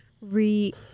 re-